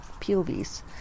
POVs